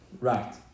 Right